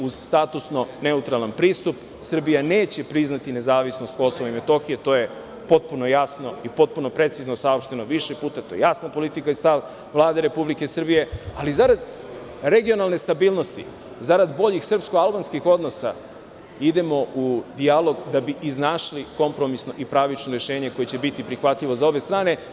Uz statusno neutralan pristup, Srbija neće priznati nezavisnost Kosova i Metohije, to je potpuno jasno i potpuno precizno saopšteno više puta, to je jasna politika i stav Vlade Republike Srbije, ali zarad regionalne stabilnosti, zarad boljih srpsko-albanskih odnosa, idemo u dijalog da bi iznašli kompromisno i pravično rešenje koje će biti prihvatljivo za obe strane.